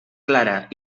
clara